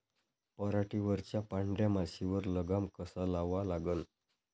पराटीवरच्या पांढऱ्या माशीवर लगाम कसा लावा लागन?